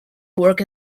work